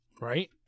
Right